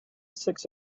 six